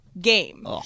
game